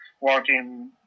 working